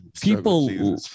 people